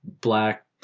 black